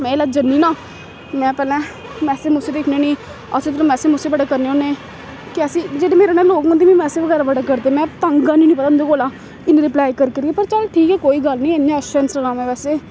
में जेल्लै जन्नी ना में पैह्लें मैसेज मुसेज दिक्खने होन्नी अस इद्धरा मैसेज मुसेज बड़े करने होन्ने कि अस जेह्ड़े मेरे कन्नै लोक होंदे मिगी मैसेज बगैरा बड़े करदे में तंग आन्नी उंंदे कोला पता इन्नी रिप्लाई करी करियै पर चल ठीक ऐ कोई गल्ल निं इन्ने अच्छे इंस्टाग्राम ऐ वैसे